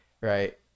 right